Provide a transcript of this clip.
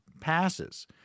passes